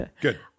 Good